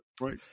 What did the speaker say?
right